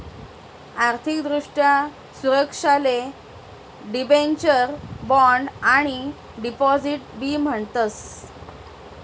आर्थिक दृष्ट्या सुरक्षाले डिबेंचर, बॉण्ड आणि डिपॉझिट बी म्हणतस